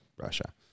Russia